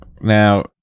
Now